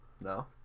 No